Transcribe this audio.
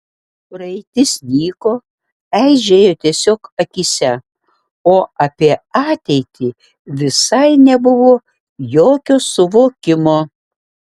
praeitis nyko eižėjo tiesiog akyse o apie ateitį visai nebuvo jokio suvokimo